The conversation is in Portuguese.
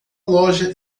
loja